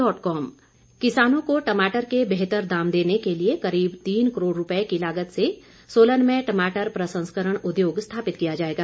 मारकंडा किसानों को टमाटर के बेहतर दाम देने के लिए करीब तीन करोड़ रूपए की लागत से सोलन में टमाटर प्रसंस्करण उद्योग स्थापित किया जाएगा